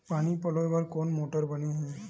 पानी पलोय बर कोन मोटर बने हे?